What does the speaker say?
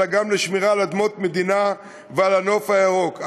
אלא גם לשמירה על אדמות מדינה ועל נוף ירוק,